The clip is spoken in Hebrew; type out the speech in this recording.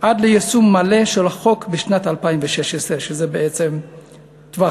עד ליישום מלא של החוק בשנת 2016, שזה בעצם הטווח.